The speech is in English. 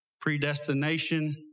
predestination